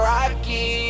Rocky